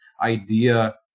idea